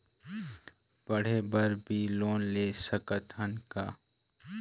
पढ़े बर भी लोन ले सकत हन का?